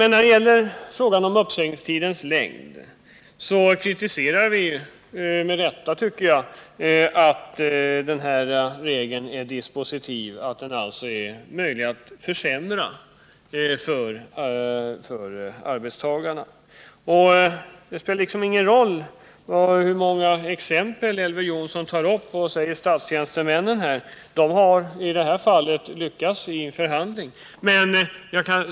När det gäller frågan om uppsägningstidens längd kritiserar vi — med rätta, tycker vi — att regeln är dispositiv, att det alltså är möjligt att försämra den för arbetstagarna. Det spelar ingen roll om Elver Jonsson tar många exempel och säger att statstjänstemännen i de fallen lyckats i förhandlingar.